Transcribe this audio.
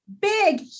big